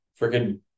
freaking